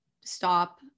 stop